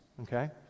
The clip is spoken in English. Okay